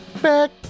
back